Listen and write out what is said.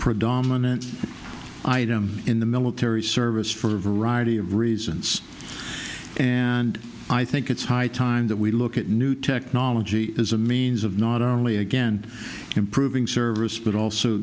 predominant item in the military service for a variety of reasons and i think it's high time that we look at new technology as a means of not only again improving service but also